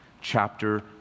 chapter